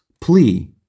plea